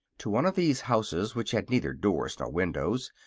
to one of these houses which had neither doors nor windows,